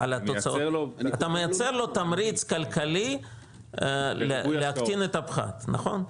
אתה מייצר לו תמריץ כלכלי להקטין את הפחת, נכון?